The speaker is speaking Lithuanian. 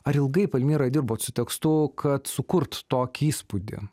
ar ilgai palmira dirbot su tekstu kad sukurt tokį įspūdį